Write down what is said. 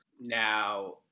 Now